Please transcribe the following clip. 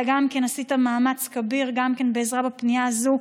שאתה עשית מאמץ כביר בעזרה גם בפנייה הזאת.